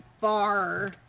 far